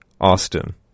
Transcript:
Austin